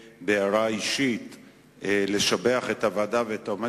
בהערה אישית אני רוצה לשבח את הוועדה ואת העומד